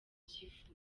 byifuza